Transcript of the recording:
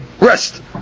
Rest